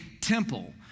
temple